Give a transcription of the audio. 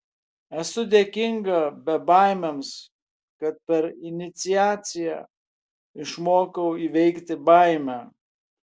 esu dėkinga bebaimiams kad per iniciaciją išmokau įveikti baimę